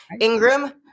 Ingram